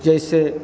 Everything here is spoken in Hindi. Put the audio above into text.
जैसे